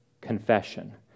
confession